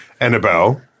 Annabelle